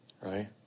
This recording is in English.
Right